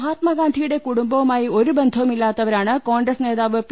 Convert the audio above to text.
മഹാത്മഗാന്ധിയുടെ കുടുംബവുമായി ഒരു ബന്ധവും ഇല്ലാത്ത വരാണ് കോൺഗ്രസ് നേതാവ് പി